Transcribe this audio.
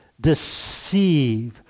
Deceive